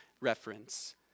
reference